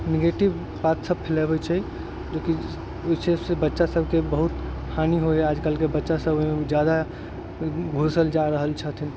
negative बात सब फैलबै छै जोकि जे छै से बच्चा सबके बहुत हानि होइ है आज कल जे बच्चा सब है ओ जादा घुसल जा रहल छथिन